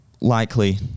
likely